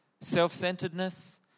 self-centeredness